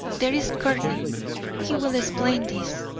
there's courtney he will explain this.